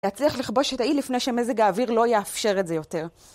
יצליח לכבוש את האי לפני שמזג האוויר לא יאפשר את זה יותר.